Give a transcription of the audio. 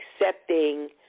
accepting